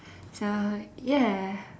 so ya